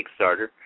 Kickstarter